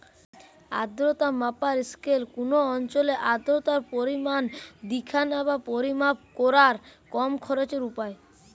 আর্দ্রতা মাপার স্কেল কুনো অঞ্চলের আর্দ্রতার পরিমাণ দিখানা বা পরিমাপ কোরার কম খরচের উপায়